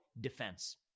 defense